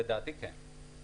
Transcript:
לדעתי, כן.